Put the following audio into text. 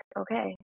okay